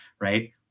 right